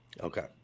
Okay